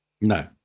No